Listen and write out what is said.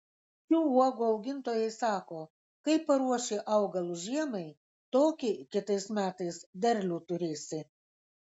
šių uogų augintojai sako kaip paruoši augalus žiemai tokį kitais metais derlių turėsi